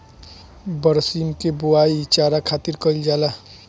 बरसीम के बोआई चारा खातिर कईल जाला